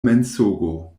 mensogo